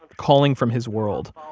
and calling from his world,